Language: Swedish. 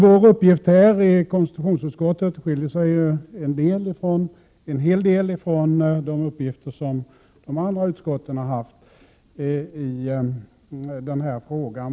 Vår uppgift i konstitutionsutskottet skiljer sig en hel del från de uppgifter som de andra utskotten har haft i den här frågan.